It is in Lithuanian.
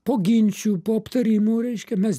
po ginčių po aptarimų reiškia mes